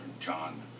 John